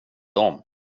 dem